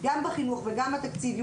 גם בחינוך וגם בתקציב,